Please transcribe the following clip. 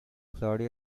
claudia